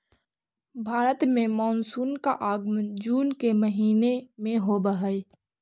भारत में मानसून का आगमन जून के महीने में होव हई